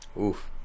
Oof